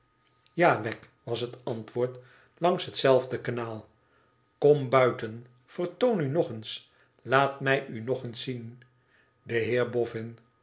wegg was het antwoord langs hetzelfde kanaal kom buiten vertoon u nog eens laat mij u nog eens zien de